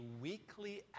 weekly